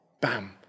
bam